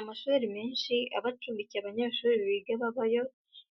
Amashuri menshi aba acumbikiye abanyeshuri biga babayo